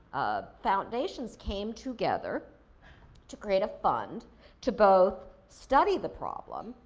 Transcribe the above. foundations came together to create a fund to both study the problem.